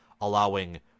allowing